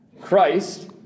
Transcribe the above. Christ